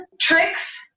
tricks